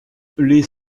les